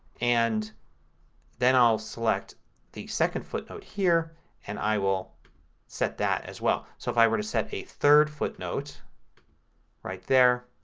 and then i'll select the second footnote here and i will set that as well. so if i were to set a third footnote right there